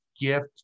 gift